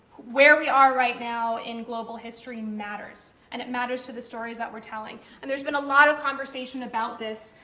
where we are right now in global history matters, and it matters to the stories that we're telling. and there's been a lot of conversation about this,